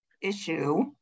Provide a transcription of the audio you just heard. issue